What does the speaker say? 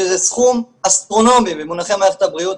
שזה סכום אסטרונומי במונחי מערכת הבריאות,